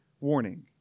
warning